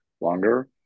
longer